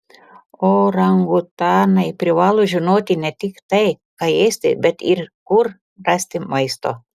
orangutanai privalo žinoti ne tik tai ką ėsti bet ir kur rasti maisto